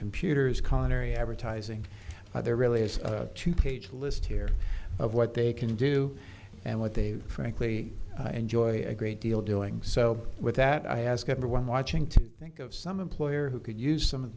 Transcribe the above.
computers connery advertising there really is a two page list here of what they can do and what they frankly enjoy a great deal doing so with that i ask everyone watching to think of some employer who could use some